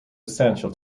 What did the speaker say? essential